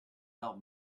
wel